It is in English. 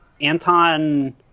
anton